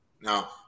now